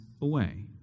away